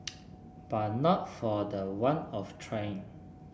but not for the want of trying